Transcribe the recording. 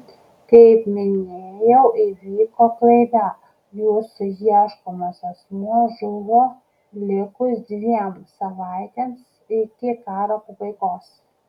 kaip minėjau įvyko klaida jūsų ieškomas asmuo žuvo likus dviem savaitėms iki karo pabaigos